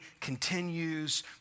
continues